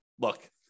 look